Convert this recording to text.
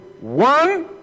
one